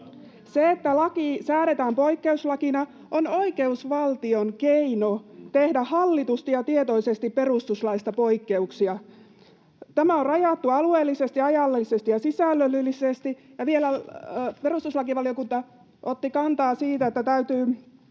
Se, että laki säädetään poikkeuslakina, on oikeusvaltion keino tehdä hallitusti ja tietoisesti perustuslaista poikkeuksia. Tämä on rajattu alueellisesti, ajallisesti ja sisällöllisesti, ja perustuslakivaliokunta otti vielä kantaa siihen, että täytyy